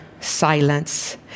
silence